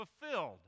fulfilled